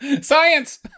science